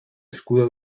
escudo